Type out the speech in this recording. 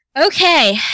okay